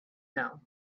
know